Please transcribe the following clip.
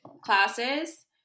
classes